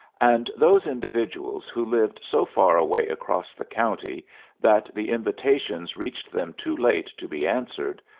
and those individuals who lived so far away across the county that the invitations reached them too late to be answered,